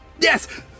Yes